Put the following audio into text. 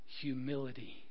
humility